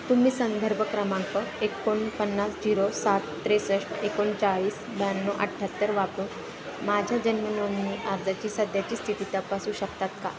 तुम्ही संदर्भ क्रमांक एकोणपन्नास झिरो सात त्रेसष्ट एकोणचाळीस ब्याण्णव अठ्ठ्याहत्तर वापरून माझ्या जन्मनोंदणी अर्जाची सध्याची स्थिती तपासू शकता का